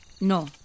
No